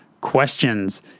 questions